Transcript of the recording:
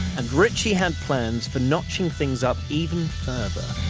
and ritchie had plans for notching things up even further.